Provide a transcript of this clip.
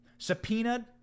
subpoenaed